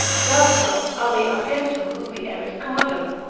dabitur a me argentum ubi erit commodum.